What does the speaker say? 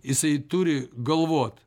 jisai turi galvoti